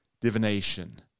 divination